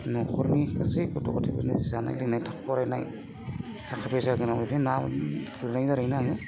न'खरनि गासै गथ' गथाइफोरनो जानाय लोंनाय फरायनाय थाखा फैसा गोनांबाथाय ना गुरनाय दारैनो आङो